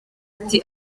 ati